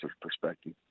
perspective